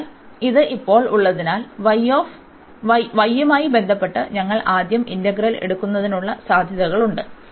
അതിനാൽ ഇത് ഇപ്പോൾ ഉള്ളതിനാൽ y യുമായി ബന്ധപ്പെട്ട് ഞങ്ങൾ ആദ്യം ഇന്റഗ്രൽ എടുക്കുന്നതിനുള്ള സാധ്യതകളുണ്ട്